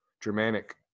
germanic